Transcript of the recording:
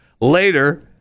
Later